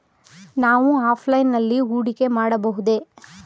ನಾವು ಆಫ್ಲೈನ್ ನಲ್ಲಿ ಹೂಡಿಕೆ ಮಾಡಬಹುದೇ?